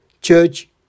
Church